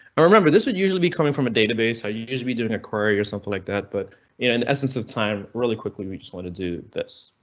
i remember this would usually be coming from a database. i used to be doing a query or something like that, but in essence of time really quickly we just want to do this.